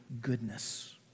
goodness